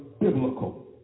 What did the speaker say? biblical